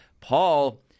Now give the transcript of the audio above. paul